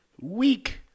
weak